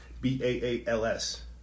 B-A-A-L-S